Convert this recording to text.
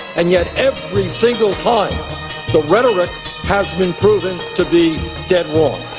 and yet every single time the rhetoric has been proven to be dead wrong.